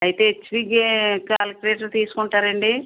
అయితే హెచ్పీ కా కాలిక్యులేటర్ తీసుకుంటారా అండి